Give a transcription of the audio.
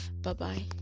bye-bye